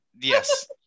yes